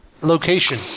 location